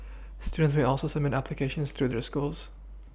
students may also submit applications through their schools